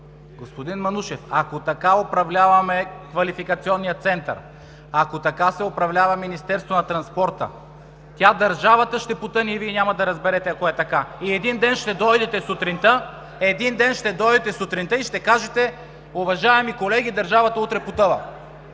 Господин Манушев, ако така управляваме Квалификационния център, ако така се управлява Министерството на транспорта – тя, държавата, ще потъне и Вие няма да разберете, ако е така! И един ден ще дойдете сутринта, и ще кажете: уважаеми колеги, държавата утре потъва,